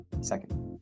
second